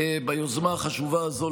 ביוזמה החשובה הזו,